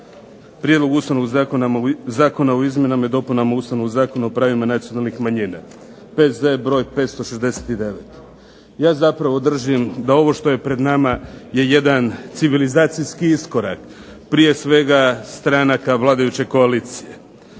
Prijedlog ustavnog zakona o izmjenama i dopunama Ustavnog zakona o pravima nacionalnih manjina, P.Z. br. 569. Ja zapravo držim da ovo što je pred nama je jedan civilizacijski iskorak, prije svega stranaka vladajuće koalicije.